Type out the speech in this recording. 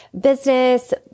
business